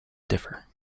differ